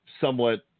somewhat